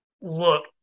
look